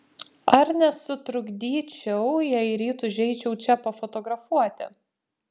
ar nesutrukdyčiau jei ryt užeičiau čia pafotografuoti